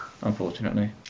Unfortunately